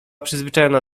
przyzwyczajona